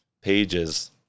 pages